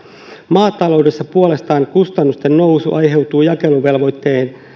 maataloudessa puolestaan kustannusten nousu aiheutuu jakeluvelvoitteen